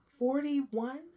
Forty-one